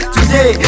Today